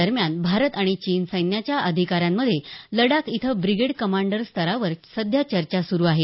दरम्यान भारत आणि चीन सैन्याच्या अधिकाऱ्यांमध्ये लडाख इथंच ब्रिगेड कमांडर स्तरावर सध्या चर्चा सुरू आहे